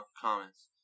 comments